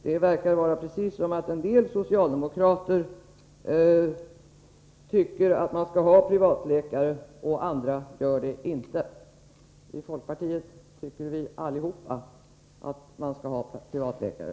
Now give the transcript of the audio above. Det verkar vara precis på samma sätt som att en del socialdemokrater tycker att man skall ha privatläkare och andra inte. I folkpartiet tycker allihop att man skall ha privatläkare!